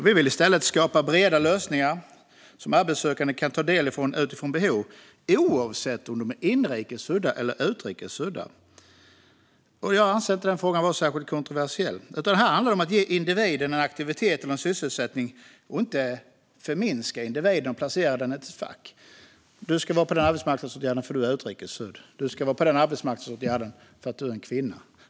Vi vill i stället skapa breda lösningar som arbetssökande kan ta del av utifrån behov, oavsett om de är inrikes födda eller utrikes födda. Jag anser inte den frågan vara särskilt kontroversiell. Det handlar om att ge individen en aktivitet eller sysselsättning och inte förminska individen och placera den i ett fack: Du ska vara på den arbetsmarknadsåtgärden, för du är utrikes född. Du ska vara på den arbetsmarknadsåtgärden, för du är kvinna.